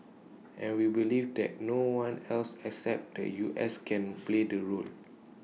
and we believe that no one else except the U S can play the role